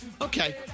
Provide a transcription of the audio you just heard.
Okay